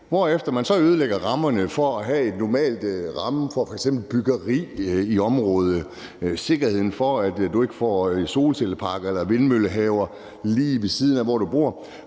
hvorefter man så ødelægger rammerne for f.eks. at kunne udføre byggeri i området og fjerner sikkerheden for, at du ikke får solcelle- eller vindmølleparker lige ved siden af, hvor du bor.